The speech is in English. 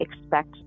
expect